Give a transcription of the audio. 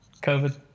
COVID